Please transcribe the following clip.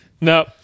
No